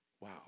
wow